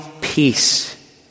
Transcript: peace